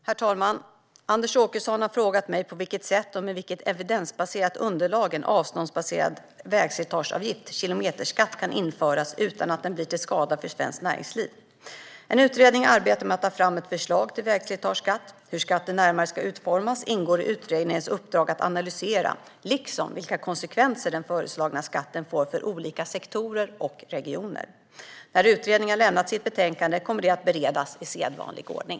Herr talman! Anders Åkesson har frågat mig på vilket sätt och med vilket evidensbaserat underlag en avståndsbaserad vägslitageavgift, kilometerskatt, kan införas utan att den blir till skada för svenskt näringsliv. En utredning arbetar med att ta fram ett förslag till vägslitageskatt. Hur skatten närmare ska utformas ingår i utredningens uppdrag att analysera, liksom vilka konsekvenser den föreslagna skatten får för olika sektorer och regioner. När utredningen har lämnat sitt betänkande kommer det att beredas i sedvanlig ordning.